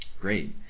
Great